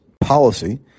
policy